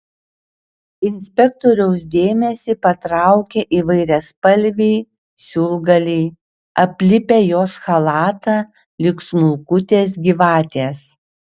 inspektoriaus dėmesį patraukia įvairiaspalviai siūlgaliai aplipę jos chalatą lyg smulkutės gyvatės